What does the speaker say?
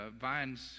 vines